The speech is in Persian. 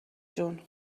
جون